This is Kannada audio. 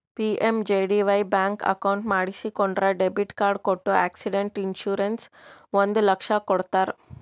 ಪಿ.ಎಮ್.ಜೆ.ಡಿ.ವೈ ಬ್ಯಾಂಕ್ ಅಕೌಂಟ್ ಮಾಡಿಸಿಕೊಂಡ್ರ ಡೆಬಿಟ್ ಕಾರ್ಡ್ ಕೊಟ್ಟು ಆಕ್ಸಿಡೆಂಟ್ ಇನ್ಸೂರೆನ್ಸ್ ಒಂದ್ ಲಕ್ಷ ಕೊಡ್ತಾರ್